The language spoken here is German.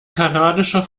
kanadischer